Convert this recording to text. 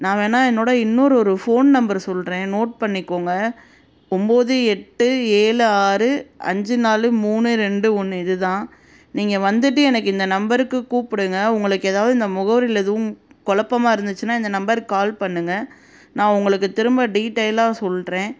நான் வேணால் என்னோடய இன்னொரு ஒரு ஃபோன் நம்பர் சொல்கிறேன் நோட் பண்ணிக்கோங்க ஒம்பது எட்டு ஏழு ஆறு அஞ்சு நாலு மூணு ரெண்டு ஒன்று இது தான் நீங்கள் வந்துட்டு எனக்கு இந்த நம்பருக்கு கூப்பிடுங்க உங்களுக்கு ஏதாவது இந்த முகவரியில் எதுவும் கொழப்பமா இருந்துச்சுனால் இந்த நம்பருக்கு கால் பண்ணுங்கள் நான் உங்களுக்கு திரும்ப டீட்டெயிலாக சொல்கிறேன்